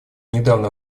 недавно